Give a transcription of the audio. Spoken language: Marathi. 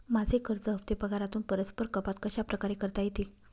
माझे कर्ज हफ्ते पगारातून परस्पर कपात कशाप्रकारे करता येतील?